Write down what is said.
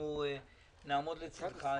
אנחנו נעמוד לצדך.